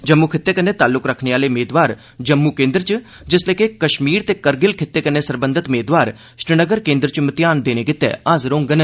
जम्मू खित्तै कन्नै ताल्लुक रखने आले मेदवार जम्मू केन्द्र च जिसलै के कष्मीर ते कारगिल खित्ते कन्नै सरबंधत मेदवार श्रीनगर केन्द्र च मतेयान देने लेई हाजर होंगन